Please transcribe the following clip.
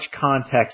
context